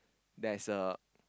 there is a